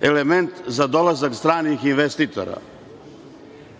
element za dolazak stranihinvestitora